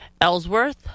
Ellsworth